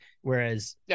Whereas